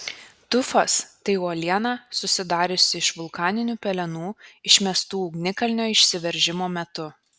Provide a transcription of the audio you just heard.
tufas tai uoliena susidariusi iš vulkaninių pelenų išmestų ugnikalnio išsiveržimo metu